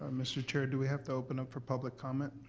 ah mr. chair do we have to open up for public comment?